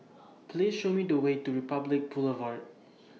Please Show Me The Way to Republic Boulevard